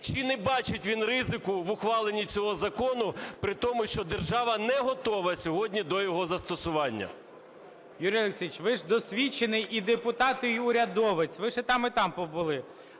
чи не бачить він ризику в ухваленні цього закону при тому, що держава не готова сьогодні до його застосування. ГОЛОВУЮЧИЙ. Юрій Олексійович, ви ж досвідчений і депутат, і урядовець, ви ж і там, і там побули.